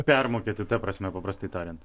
permokėti ta prasme paprastai tariant